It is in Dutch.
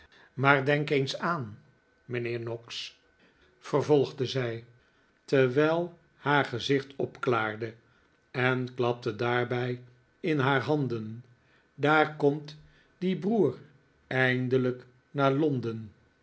maar denk eens aan mijnheer noggs vervolgde zij terwijl haar gezicht opklaarde en klapte daarbij in haar handen daar komt die broer eindelijk naar londen